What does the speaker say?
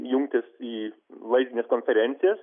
jungtis į vaizdines konferencijas